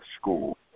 school